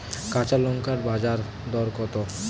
কাঁচা লঙ্কার বাজার দর কত?